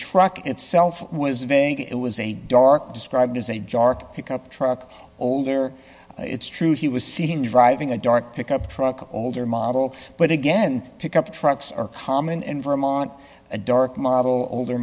truck itself was vang it was a dark described as a jarkko up truck older it's true he was seen driving a dark pickup truck older model but again pickup trucks are common in vermont a dark model older